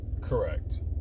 Correct